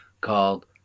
called